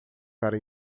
cara